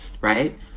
right